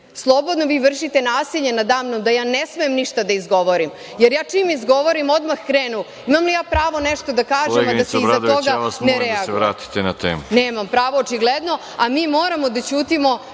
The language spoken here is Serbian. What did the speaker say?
slobodno vi vršite nasilje nadamnom da ja ne smem ništa da izgovorim, jer ja čim izgovorim odmah krenu. Imam li ja prava nešto da kažem a da se iza toga ne reaguje.